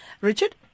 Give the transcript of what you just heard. Richard